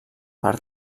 per